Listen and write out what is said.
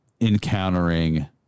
encountering